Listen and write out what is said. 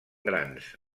grans